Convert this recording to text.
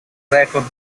record